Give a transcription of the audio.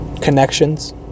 connections